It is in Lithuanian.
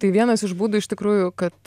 tai vienas iš būdų iš tikrųjų kad